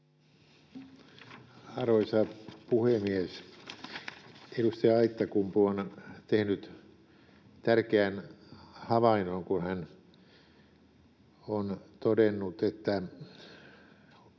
Arvoisa puhemies! Edustaja Aittakumpu on tehnyt tärkeän havainnon, kun hän on todennut, että